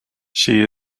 she